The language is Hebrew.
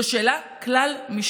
זו שאלה כלל-משקית,